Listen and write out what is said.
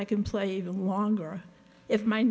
i can play even longer if my